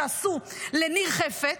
שעשו לניר חפץ.